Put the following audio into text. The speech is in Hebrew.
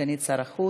סגנית שר החוץ,